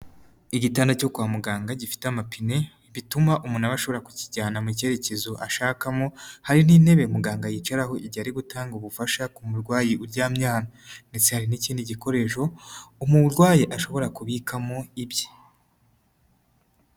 Igitanda cyo kwa muganga gifite amapine, bituma umuntu aba ashobora kukijyana mu cyerekezo ashakamo, hari n'intebe muganga yicaraho igihe ari gutanga ubufasha ku murwayi uryamye hano ndetse hari n'ikindi gikoresho, umurwaye ashobora kubikamo ibye.